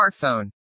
smartphone